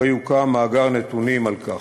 שבו יוקם מאגר נתונים על כך.